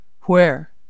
Where